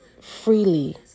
freely